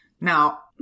Now